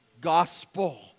gospel